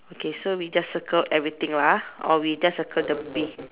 okay so we just circle everything lah or we just circle the bee